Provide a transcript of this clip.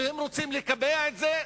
ואם רוצים לקבע את זה,